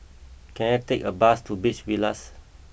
can I take a bus to Beach Villas